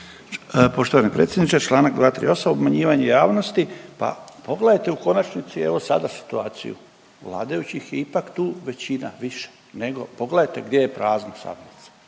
Poštovani predsjedniče, čl. 238. obmanjivanje javnosti, pa pogledajte u konačnici evo sada situaciju vladajućih je ipak tu većina više nego, pogledajte gdje je prazna sabornica